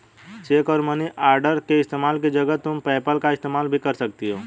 check और money order के इस्तेमाल की जगह तुम पेपैल का इस्तेमाल भी कर सकती हो